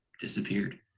disappeared